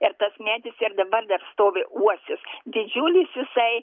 ir tas medis ir dabar dar stovi uosis didžiulis jisai